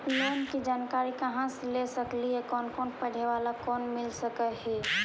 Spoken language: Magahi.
लोन की जानकारी कहा से ले सकली ही, कोन लोन पढ़े बाला को मिल सके ही?